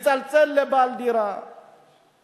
מצלצל לבעל דירה,